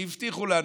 שהבטיחו לנו,